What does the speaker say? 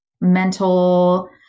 mental